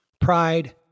Pride